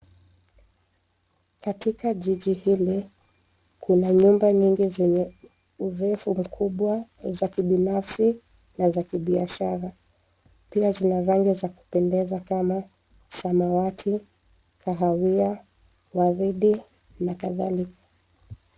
Katika jiji hili kuna nyumba nyingi zenye urefu mkubwa za kibinafsi na za kibiashara. Pia zina rangi za kupendeza kama samawati, kahawia, waridi na kadhalika.